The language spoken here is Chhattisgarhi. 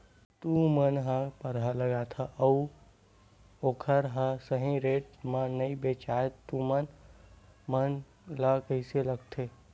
तू मन परहा लगाथव अउ ओखर हा सही रेट मा नई बेचवाए तू मन ला कइसे लगथे?